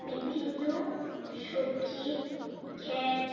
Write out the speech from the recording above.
বিভিন্ন সবজির ঘ্যাঁট